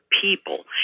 people